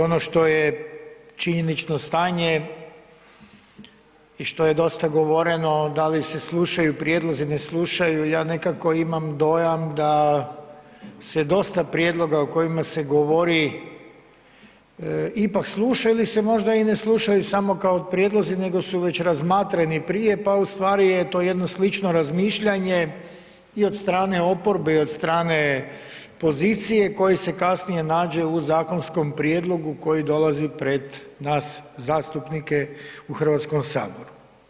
I ono što je činjenično stanje i što je dosta govoreno da li se slušaju prijedlozi, ne slušaju ja nekako imam dojam da se dosta prijedloga o kojima se govori ipak sluša ili se možda i ne slušaju samo kao prijedlozi nego su već razmatrani prije, pa ustvari je to jedno slično razmišljanje i od strane oporbe i od strane pozicije koji se kasnije nađe u zakonskom prijedlogu koji dolazi pred nas zastupnike u Hrvatskom saboru.